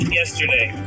yesterday